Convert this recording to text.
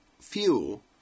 fuel